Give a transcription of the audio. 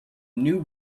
new